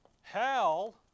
hell